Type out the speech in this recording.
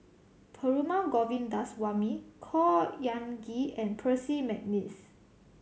Perumal Govindaswamy Khor Ean Ghee and Percy McNeice